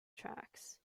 tracks